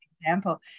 example